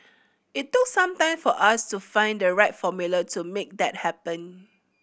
it took some time for us to find the right formula to make that happen